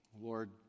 Lord